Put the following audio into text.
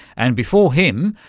and before him,